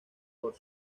por